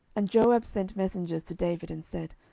and joab sent messengers to david, and said,